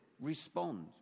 respond